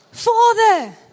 Father